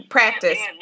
Practice